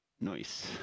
Nice